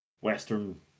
western